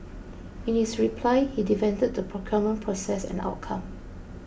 in his reply he defended the procurement process and outcome